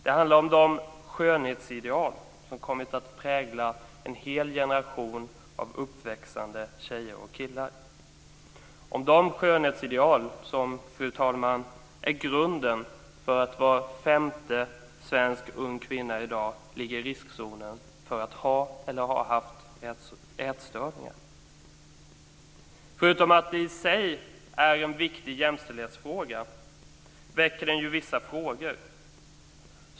Den handlar om de skönhetsideal som kommit att prägla en hel generation av uppväxande tjejer och killar - om de skönhetsideal som, fru talman, är grunden för att var femte svensk ung kvinna i dag har eller har haft ätstörningar. Förutom att den i sig är en viktig jämställdhetsfråga, väcker den ju vissa frågor.